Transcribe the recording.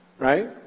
Right